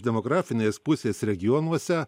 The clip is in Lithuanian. demografinės pusės regionuose